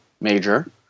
major